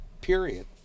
period